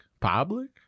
public